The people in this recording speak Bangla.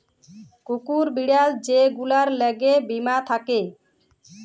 কুকুর, বিড়াল যে গুলার ল্যাগে বীমা থ্যাকে